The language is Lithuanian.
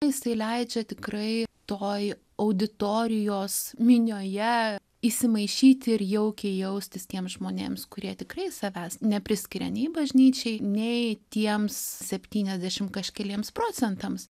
jisai leidžia tikrai toj auditorijos minioje įsimaišyti ir jaukiai jaustis tiems žmonėms kurie tikrai savęs nepriskiria nei bažnyčiai nei tiems septyniasdešimt keliems procentams